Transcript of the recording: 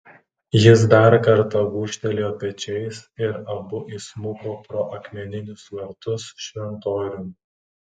jis dar kartą gūžtelėjo pečiais ir abu įsmuko pro akmeninius vartus šventoriun